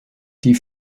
die